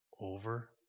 over